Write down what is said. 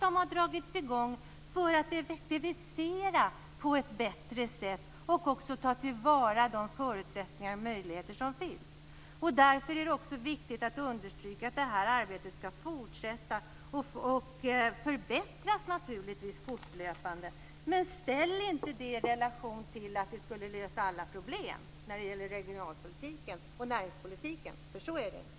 Den har dragits i gång för att effektivisera på ett bättre sätt och för att ta till vara de förutsättningar och möjligheter som finns. Därför är det viktigt att understryka att det här arbetet ska fortsätta och, naturligtvis, fortlöpande förbättras. Men ställ inte detta i relation till att alla problem kan lösas när det gäller regionalpolitiken och näringspolitiken, för så är det inte!